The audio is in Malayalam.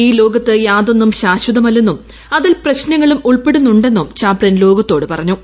ഈ ലോകത്ത് യാതൊന്നും ശാശ്വതമല്ലെന്നും അതിൽ പ്രശ്നങ്ങളും ഉൾപ്പെടുന്നുണ്ടെന്നും ചാപ്സിൻ ലോകത്തോട് പറഞ്ഞു